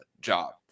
job